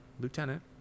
lieutenant